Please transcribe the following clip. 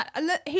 look